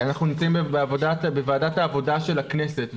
אנחנו נמצאים בוועדת העבודה של הכנסת,